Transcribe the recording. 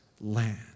land